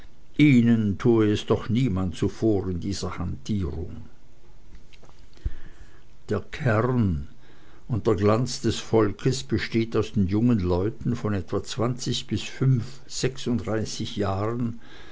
ihnen tue es doch niemand zuvor in dieser hantierung der kern und der glanz des volkes besteht aus den jungen leuten von etwa zwanzig bis fünf sechsunddreißig jahren